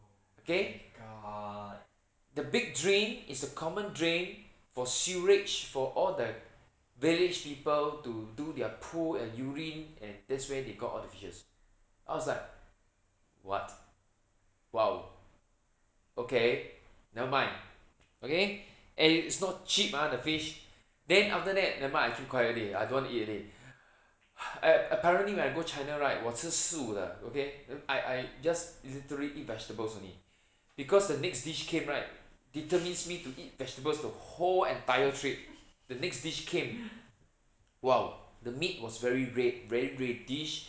okay the big drain is a common drain for sewage for all the village people to do their poo and urine and that's where they got all the fishes I was like what !wow! okay never mind okay and it's not cheap ah the fish then after that never mind I keep quiet already I don't want to eat already ap~ apparently when I go china right 我吃素的 okay I I just his literally eat vegetables only because the next dish came right determines me to eat vegetables the whole entire trip the next dish came !wow! the meat was very red very reddish